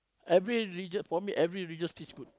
every relig~ for me every religious teach good